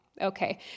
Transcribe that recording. okay